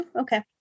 Okay